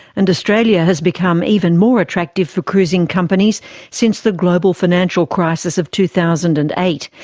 and australia has become even more attractive for cruising companies since the global financial crisis of two thousand and eight,